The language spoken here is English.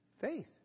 Faith